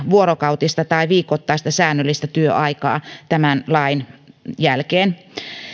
vuorokautista tai viikoittaista säännöllistä työaikaa tämän lain jälkeen